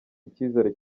icyizere